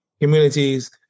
communities